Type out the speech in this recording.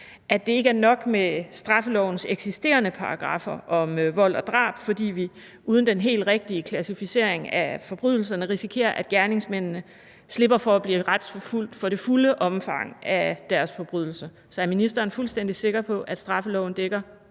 at det ikke er nok med straffelovens eksisterende paragraffer om vold og drab, fordi vi uden den helt rigtige klassificering af forbrydelserne risikerer, at gerningsmændene slipper for at blive retsforfulgt for det fulde omfang af deres forbrydelser. Så er ministeren fuldstændig sikker på, at straffeloven dækker